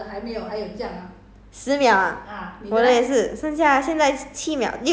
没有空 lah 你的到哪到哪里 liao